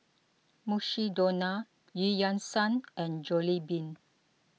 Mukshidonna Eu Yan Sang and Jollibean